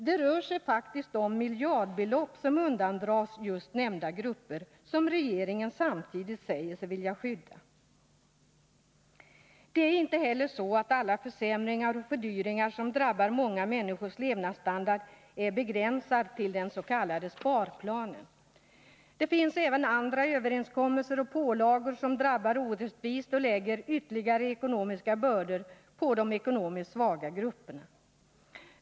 Det rör sig ju om miljardbelopp som undandras just nämnda grupper, vilka regeringen samtidigt säger sig vilja skydda. Det är inte heller så att alla försämringar och fördyringar som drabbar 107 många människors levnadsstandard är begränsade till den s.k. sparplanen. Det finns även andra överenskommelser och pålagor som drabbar orättvist och lägger ytterligare ekonomiska bördor på de ekonomiskt svaga grupperna.